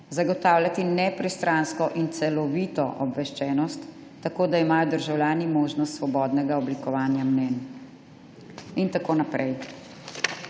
zagotavljati nepristransko in celovito obveščenost, tako da imajo državljani možnost svobodnega oblikovanja mnenj« in tako naprej.